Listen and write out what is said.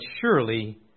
surely